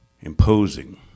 imposing